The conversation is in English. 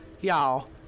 y'all